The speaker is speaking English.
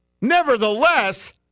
Nevertheless